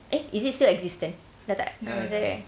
eh is it still existent dah tak right